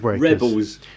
Rebels